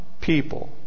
people